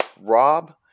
Rob